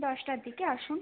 দশটার দিকে আসুন